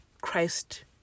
christ